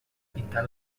pintar